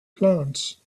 plants